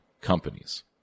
companies